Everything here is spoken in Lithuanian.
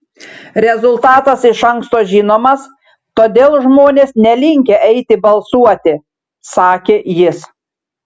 rezultatas iš anksto žinomas todėl žmonės nelinkę eiti balsuoti sakė jis